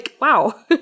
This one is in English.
wow